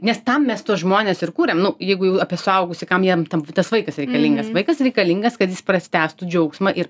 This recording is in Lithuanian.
nes tam mes tuos žmones ir kūrėm nu jeigu jau apie suaugusį kam jiem tam tas vaikas reikalingas vaikas reikalingas kad jis prasitęstų džiaugsmą ir